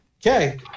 okay